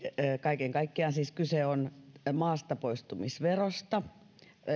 kaiken kaikkiaan kyse on maastapoistumisverosta